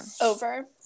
over